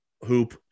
hoop